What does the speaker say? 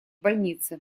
больнице